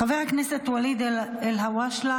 חבר הכנסת ואליד אלהואשלה,